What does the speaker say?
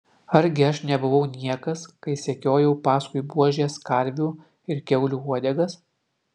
argi aš nebuvau niekas kai sekiojau paskui buožės karvių ir kiaulių uodegas